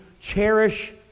cherish